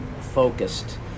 focused